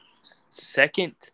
Second